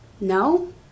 no